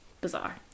bizarre